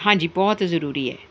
ਹਾਂਜੀ ਬਹੁਤ ਜਰੂਰੀ ਹੈ